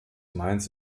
mainz